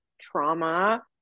trauma